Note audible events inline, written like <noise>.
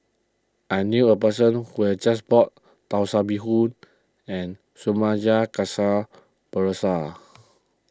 I knew a person who has just bought Tan <unintelligible> and <unintelligible>